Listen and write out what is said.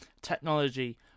technology